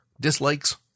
dislikes